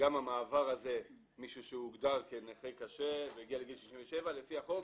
גם המעבר הזה של מישהו שהוגדר כנכה קשה והגיע לגיל 67 לפי החוק,